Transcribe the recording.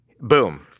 Boom